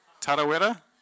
Tarawera